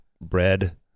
bread